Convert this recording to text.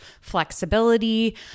flexibility